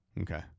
Okay